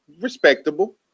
respectable